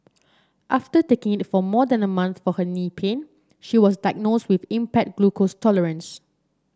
after taking it for more than a month for her knee pain she was diagnosed with impaired glucose tolerance